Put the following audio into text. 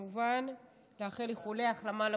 כמובן, לאחל איחולי החלמה לפצועים.